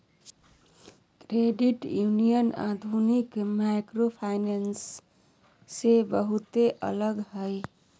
credit union आधुनिक microfinance से बहुते अलग हय